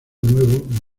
nuevo